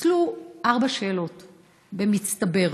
פסלו ארבע שאלות במצטבר,